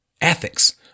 ethics